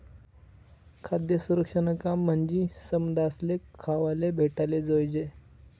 खाद्य सुरक्षानं काम म्हंजी समदासले खावाले भेटाले जोयजे